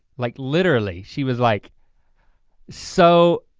like literally, she was like so,